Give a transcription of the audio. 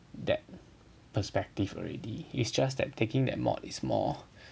that perspective already it's just that taking that mod is more